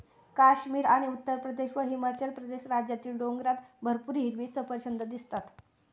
काश्मीर आणि उत्तरप्रदेश व हिमाचल प्रदेश राज्यातील डोंगरात भरपूर हिरवी सफरचंदं दिसतात